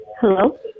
Hello